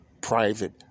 private